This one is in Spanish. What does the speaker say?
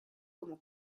como